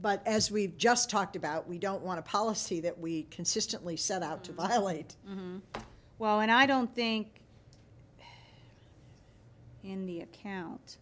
but as we've just talked about we don't want to policy that we consistently set out to violate while and i don't think in the account